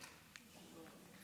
כבוד השר, הכיסאות הריקים,